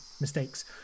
mistakes